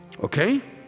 Okay